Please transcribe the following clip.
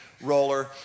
Roller